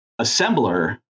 assembler